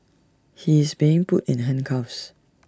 he is being put in handcuffs